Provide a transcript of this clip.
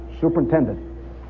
Superintendent